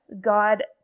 God